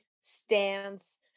stance